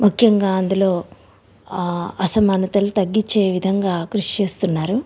ముఖ్యంగా అందులో అసమానతలు తగ్గించే విధంగా కృషి చేస్తున్నారు